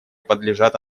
подлежат